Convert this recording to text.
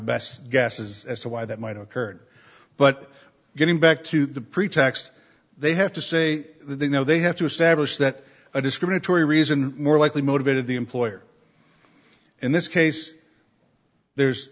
best guesses as to why that might occurred but getting back to the pretext they have to say they know they have to establish that a discriminatory reason more likely motivated the employer in this case there's